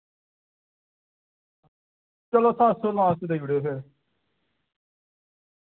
चलो सत्त सौ लास्ट देई ओड़ेओ फिर